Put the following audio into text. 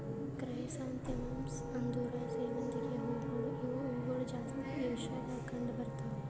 chrysanthemums ಅಂದುರ್ ಸೇವಂತಿಗೆ ಹೂವುಗೊಳ್ ಇವು ಹೂಗೊಳ್ ಜಾಸ್ತಿ ಏಷ್ಯಾದಾಗ್ ಕಂಡ್ ಬರ್ತಾವ್